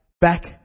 back